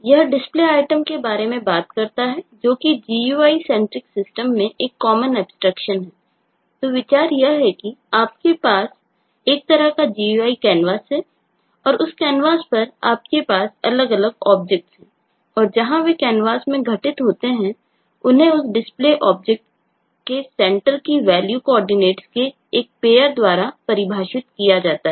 यह DisplayItem के बारे में बात करता है जो कि GUI सेंट्रिक सिस्टम द्वारा परिभाषित किया जाता है